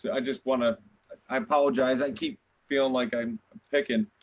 i just want to i apologize. i keep feeling like i am pick ing.